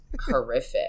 horrific